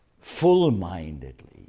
Full-mindedly